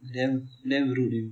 damn damn rude eh